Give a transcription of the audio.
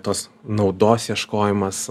tos naudos ieškojimas